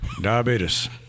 Diabetes